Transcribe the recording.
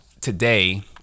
today